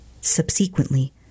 Subsequently